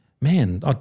man